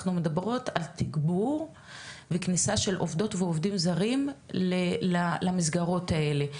אנחנו מדברות על תגבור וכניסה של עובדות ועובדים זרים למסגרות האלה,